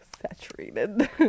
saturated